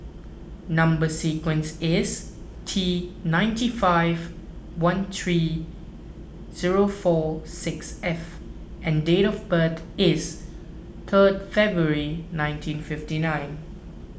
Number Sequence is T ninety five one three zero four six F and date of birth is third February nineteen fifty nine